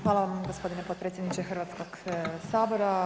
Hvala vam gospodine potpredsjedniče Hrvatskog sabora.